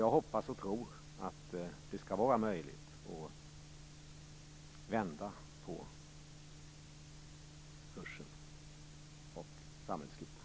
Jag hoppas att det skall vara möjligt att vända på kursen och samhällsskutan.